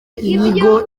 inyigo